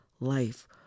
life